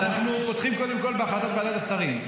אנחנו פותחים קודם כול בהחלטת ועדת השרים.